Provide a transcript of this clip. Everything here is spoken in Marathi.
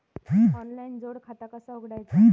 ऑनलाइन जोड खाता कसा उघडायचा?